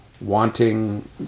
wanting